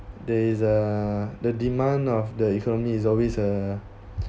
there is uh the demand of the economy is always uh